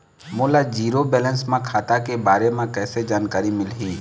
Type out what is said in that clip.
मोला zero balance खाता के बारे म कैसे जानकारी मिलही?